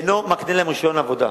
אינו מקנה להם רשיון עבודה.